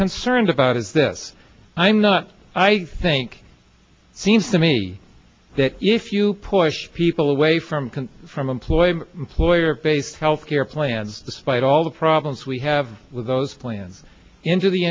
concerned about is this i'm not i think it seems to me that if you push people away from can from employer employer based health care plans despite all the problems we have with those plans into the